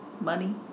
money